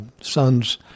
son's